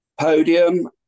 podium